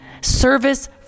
Service